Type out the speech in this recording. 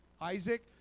Isaac